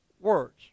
words